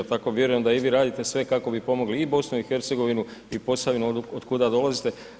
Tako vjerujem da i vi radite sve kako bi pomogli i Bosni i Hercegovini i Posavinu otkuda dolazite.